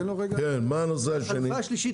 מה הנושא השני?